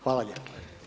Hvala lijepa.